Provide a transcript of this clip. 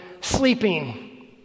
sleeping